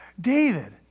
David